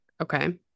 Okay